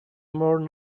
more